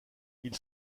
ils